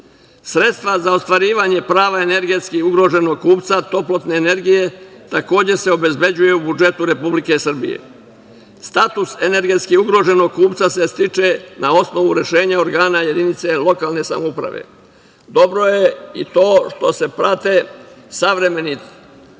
za ostvarivanje prava energetski ugroženog kupca toplotne energije takođe se obezbeđuju u budžetu Republike Srbije. Status energetski ugroženog kupca se stiče na osnovu rešenja organa jedinice lokalne samouprave. Dobro je i to što se prate savremeni